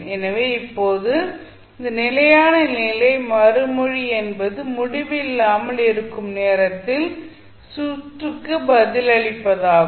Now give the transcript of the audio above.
எனவே இப்போது இந்த நிலையான நிலை மறுமொழி என்பது முடிவில்லாமல் இருக்கும் நேரத்தில் சுற்றுக்கு பதிலளிப்பதாகும்